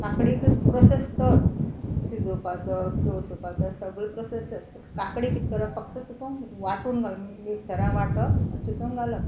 काकडीकय process तोच शिजोवपाचो तोळसुपाचो सगळे प्रोसेस तोच काकडी कितें करप फक्त तितूंत वाटून घालप मिक्सरां वांटप आनी तितून घालप